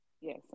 yes